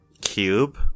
cube